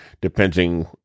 depending